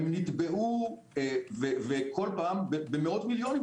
הם נתבעו כל פעם במאות מיליונים,